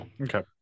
Okay